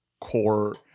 core